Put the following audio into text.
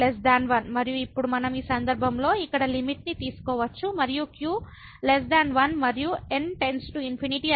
1 మరియు ఇప్పుడు మనం ఈ సందర్భంలో ఇక్కడ లిమిట్ ని తీసుకోవచ్చు మరియు q 1 మరియ n →∞ అయినప్పుడు